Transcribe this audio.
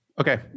Okay